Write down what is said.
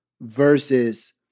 versus